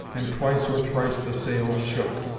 and twice or thrice the sail shook.